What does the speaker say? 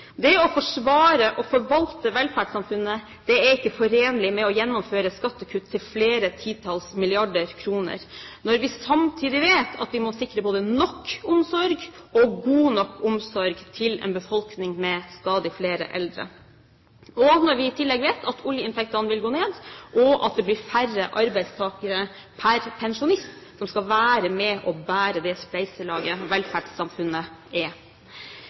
Det å forsvare og forvalte velferdssamfunnet er ikke forenlig med å gjennomføre skattekutt til flere titalls milliarder kroner når vi samtidig vet at vi må sikre nok omsorg og god nok omsorg til en befolkning med stadig flere eldre – og når vi i tillegg vet at oljeinntektene vil gå ned og at det blir færre arbeidstakere per pensjonist som skal være med og bære det spleiselaget velferdssamfunnet er.